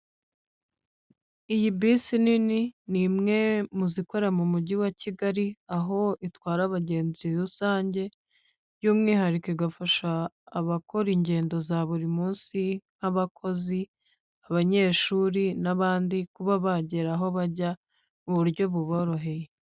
Iyi bisi nini ni imwe mu zikora mu mujyi wa Kigali aho itwara abagenzi rusange by'umwihariko igafasha abakora ingendo za buri munsi nk'abakozi, abanyeshuri n'abandi kuba bagera aho bajya mu buryo buboroheye.